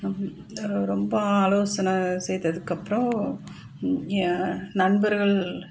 ரொம் ரொம்ப ஆலோசனை செய்ததுக்கப்புறம் என் நண்பர்கள்